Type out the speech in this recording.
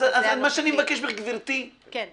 אז מה שאני מבקש ממך, גברתי --- כן.